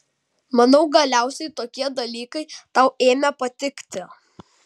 manau galiausiai tokie dalykai tau ėmė patikti